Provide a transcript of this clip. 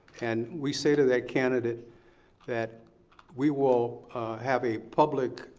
and we say to that candidate that we will have a public.